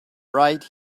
right